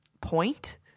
point